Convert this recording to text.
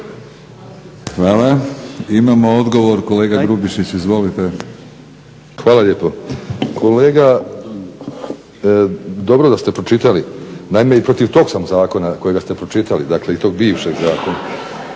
Hvala. Imamo odgovor kolega Grubišić izvolite. **Grubišić, Boro (HDSSB)** Hvala lijepo. Kolega dobro da ste pročitali. Naime i protiv tog sam zakona kojega ste pročitali i tog bivšeg zakona.